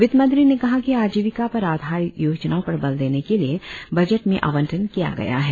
वित्तमंत्री ने कहा कि आजिविका पर आधारित योजनाओं पर बल देने के लिए बजट में आवंटन किया गया है